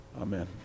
Amen